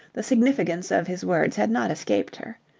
the significance of his words had not escaped her.